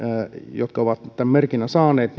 jotka ovat maksuhäiriömerkinnän saaneet